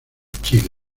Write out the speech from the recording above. chile